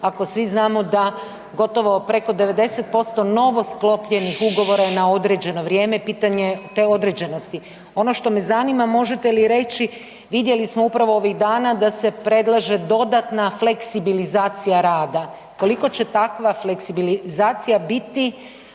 ako svi znamo da gotovo preko 90% novosklopljenih ugovora je određeno vrijeme i pitanje je te određenosti. Ono što me zanima, možete li reći, vidjeli smo upravo ovih dana da se predlaže dodatna fleksibilizacija rada. Koliko će takva fleksibilizacija biti